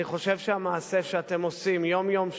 אני חושב שהמעשה שאתם עושים יום-יום,